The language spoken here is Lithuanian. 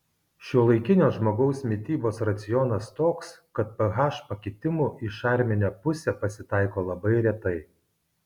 šiuolaikinio žmogaus mitybos racionas toks kad ph pakitimų į šarminę pusę pasitaiko labai retai